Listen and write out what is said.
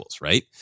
right